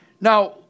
Now